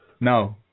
no